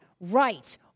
right